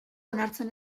onartzen